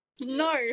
No